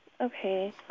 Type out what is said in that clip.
Okay